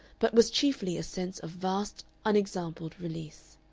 but was chiefly a sense of vast unexampled release.